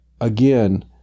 again